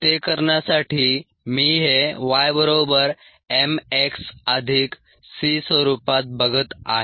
ते करण्यासाठी मी हे y बरोबर m x अधिक c स्वरूपात बघत आहे